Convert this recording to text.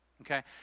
Okay